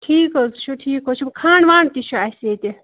ٹھیٖک حظ چھُ ٹھیٖک حظ چھُ کھنڈ ونڈ تہِ چھُ اَسہِ ییٚتہِ